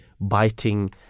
biting